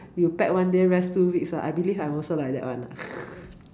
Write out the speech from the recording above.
you pack one day rest two weeks ah I believe I'm also like that [one] ah